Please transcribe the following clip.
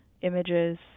images